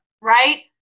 right